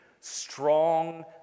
strong